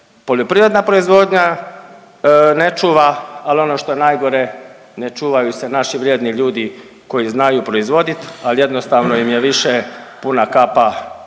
poljoprivredna proizvodnja ne čuva, ali ono što je najgore, ne čuvaju se naši vrijedni ljudi koji znaju proizvoditi, ali jednostavno im je više puna kapa